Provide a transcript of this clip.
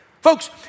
Folks